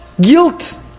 guilt